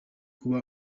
kuba